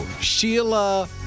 Sheila